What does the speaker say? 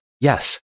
Yes